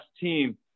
team